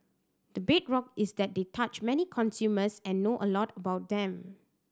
the bedrock is that they touch many consumers and know a lot about them